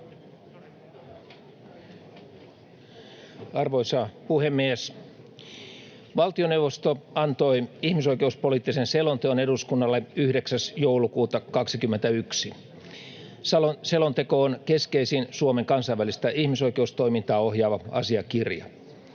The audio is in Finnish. Arvoisa puhemies! Valtioneuvosto antoi ihmisoikeuspoliittisen selonteon eduskunnalle 9. joulukuuta 21. Selonteko on keskeisin Suomen kansainvälistä ihmisoikeustoimintaa ohjaava asiakirja.